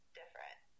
different